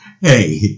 hey